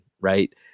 Right